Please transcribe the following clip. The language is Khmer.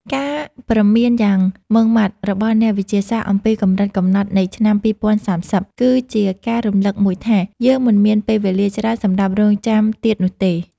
ការព្រមានយ៉ាងម៉ឺងម៉ាត់របស់អ្នកវិទ្យាសាស្ត្រអំពីកម្រិតកំណត់នៃឆ្នាំ ២០៣០ គឺជាការរំលឹកមួយថា យើងមិនមានពេលវេលាច្រើនសម្រាប់រង់ចាំទៀតនោះទេ។